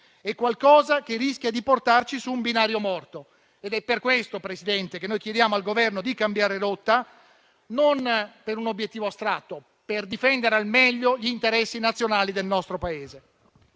è qualcosa che rischia di portarci su un binario morto. È per questo, Presidente, che chiediamo al Governo di cambiare rotta: non per un obiettivo astratto, ma per difendere al meglio gli interessi nazionali del nostro Paese.